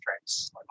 tracks